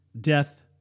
death